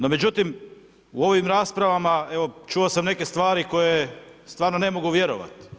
No međutim, u ovim raspravama, evo čuo sam neke stvari koje stvarno ne mogu vjerovati.